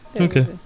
Okay